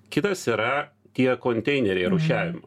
kitas yra tie konteineriai rūšiavimui